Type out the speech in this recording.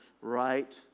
right